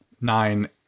nine